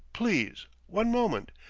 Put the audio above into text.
please one moment.